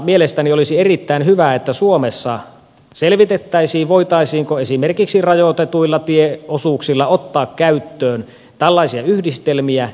mielestäni olisi erittäin hyvä että suomessa selvitettäisiin voitaisiinko esimerkiksi rajoitetuilla tieosuuksilla ottaa käyttöön tällaisia yhdistelmiä